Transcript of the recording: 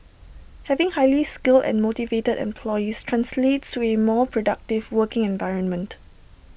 having highly skilled and motivated employees translates to A more productive working environment